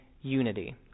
unity